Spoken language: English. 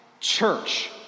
church